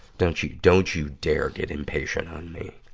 don't you, don't you dare get impatient on me!